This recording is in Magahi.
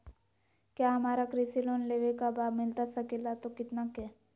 क्या हमारा कृषि लोन लेवे का बा मिलता सके ला तो कितना के?